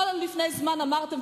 לא לפני זמן אמרתם,